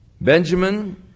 Benjamin